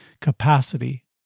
capacity